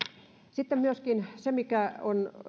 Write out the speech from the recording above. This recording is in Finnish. sitten mikä on